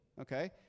okay